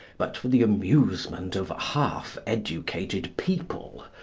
but for the amusement of half-educated people,